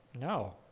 no